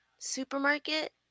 supermarket